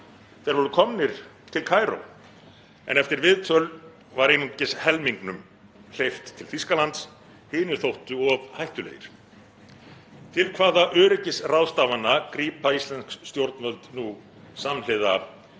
Þeir voru komnir til Kaíró en eftir viðtöl var einungis helmingnum hleypt til Þýskalands, hinir þóttu of hættulegir. Til hvaða öryggisráðstafana grípa íslensk stjórnvöld nú samhliða